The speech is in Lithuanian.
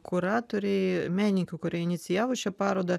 kuratoriai menininkai kurie inicijavo šią parodą